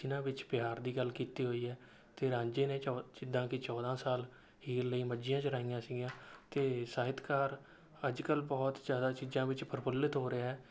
ਜਿਨ੍ਹਾਂ ਵਿੱਚ ਪਿਆਰ ਦੀ ਗੱਲ ਕੀਤੀ ਹੋਈ ਹੈ ਅਤੇ ਰਾਂਝੇ ਨੇ ਚੌ ਜਿੱਦਾਂ ਕਿ ਚੌਦਾਂ ਸਾਲ ਹੀਰ ਲਈ ਮੱਝੀਆਂ ਚਰਾਈਆਂ ਸੀਗੀਆਂ ਅਤੇ ਸਾਹਿਤਕਾਰ ਅੱਜ ਕੱਲ੍ਹ ਬਹੁਤ ਜ਼ਿਆਦਾ ਚੀਜ਼ਾਂ ਵਿੱਚ ਪ੍ਰਫੁੱਲਿਤ ਹੋ ਰਿਹਾ